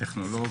הטכנולוג,